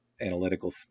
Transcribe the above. analytical